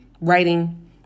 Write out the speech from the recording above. writing